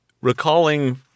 Recalling